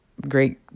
great